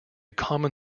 common